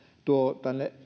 tuo